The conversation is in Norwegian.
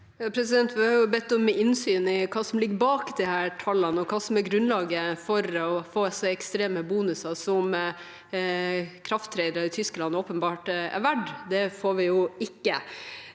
Vi har bedt om inn- syn i hva som ligger bak disse tallene, og hva som er grunnlaget for å få så ekstreme bonuser som krafttradere i Tyskland åpenbart er verdt. Det får vi ikke,